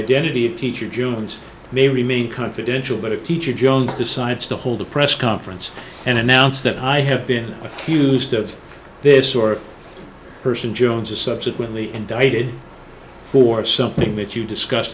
identity of teacher jones may remain confidential but a teacher jones decides to hold a press conference and announce that i have been used of this sort of person jones is subsequently indicted for something that you